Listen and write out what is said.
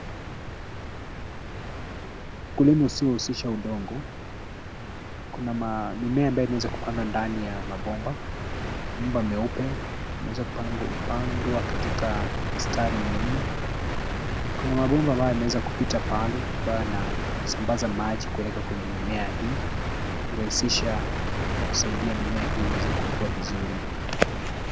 Ukulima usiohusisha udongo . Kuna mimea ambayo imeweza kupandwa ndani ya mabomba, mabomba meupe, yameweza kupandwa katika mistari minne. Kuna mabomba ambayo yameweza kupita pale ambayo yanasambaza maji kupeleka kwenye mimea hii kurahisisha ama kusaidia mimea hii iweze kukua vizuri.